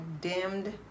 dimmed